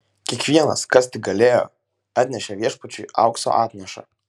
kiekvienas kas tik galėjo atnešė viešpačiui aukso atnašą